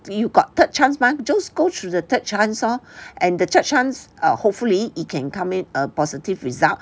you got third chance mah just go through the third chance lor and the third chance err hopefully it can come in a positive result